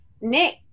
Nick